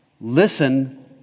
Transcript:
listen